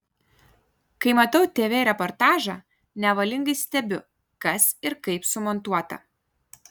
kai matau tv reportažą nevalingai stebiu kas ir kaip sumontuota